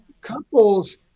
Couples